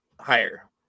higher